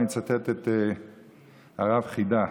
אני מצטט את הרב חיד"א,